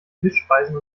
fischspeisen